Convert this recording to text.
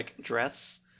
dress